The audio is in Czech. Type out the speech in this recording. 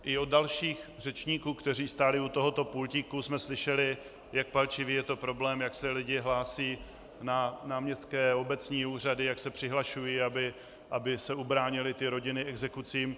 I od dalších řečníků, kteří stáli u tohoto pultíku, jsme slyšeli, jak palčivý je to problém, jak se lidé hlásí na městské a obecní úřady, jak se přihlašují, aby se ubránily rodiny exekucím.